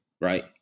Right